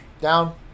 Down